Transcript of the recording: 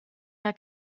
der